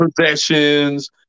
possessions